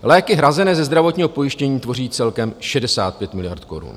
Léky hrazené ze zdravotního pojištění tvoří celkem 65 miliard korun.